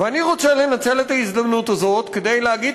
ואני רוצה לנצל את ההזדמנות הזאת כדי להגיד